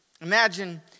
Imagine